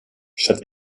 statt